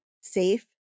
safe